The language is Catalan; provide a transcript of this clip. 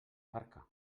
barca